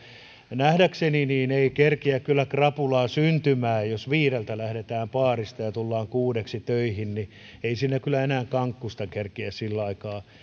nähdäkseni ei kerkeä kyllä krapulaa syntymään jos viideltä lähdetään baarista ja tullaan kuudeksi töihin ei siinä kyllä enää kankkusta kerkeä sillä aikaa